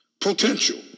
Potential